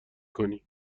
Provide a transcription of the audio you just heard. کنی